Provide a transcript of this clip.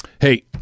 Hey